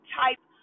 type